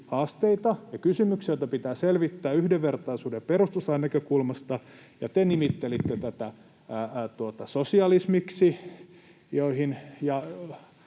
haasteita ja kysymyksiä, joita pitää selvittää yhdenvertaisuuden ja perustuslain näkökulmasta, ja kun te nimittelitte tätä sosialismiksi